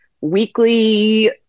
weekly